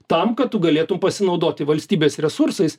tam kad tu galėtum pasinaudoti valstybės resursais